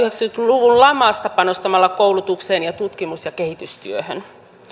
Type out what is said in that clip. luvun lamasta panostamalla koulutukseen ja tutkimus ja kehitystyöhön